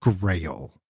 Grail